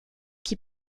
qui